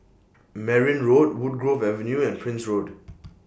Merryn Road Woodgrove Avenue and Prince Road